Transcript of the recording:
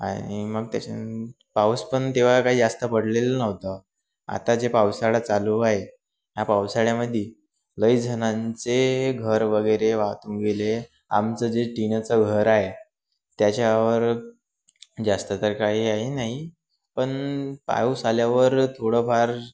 आणि मग त्याच्या पाऊस पण तेव्हा काही जास्त पडलेलं नव्हतं आता जे पावसाळा चालू आहे ह्या पावसाळ्यामध्ये लई जणांचे घर वगैरे वाहत गेले आमचं जे टीनंचं घर आहे त्याच्यावर जास्त तर काही आहे नाही पण पाऊस आल्यावर थोडंफार